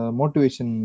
motivation